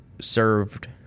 served